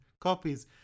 copies